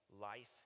life